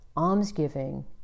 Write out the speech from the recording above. Almsgiving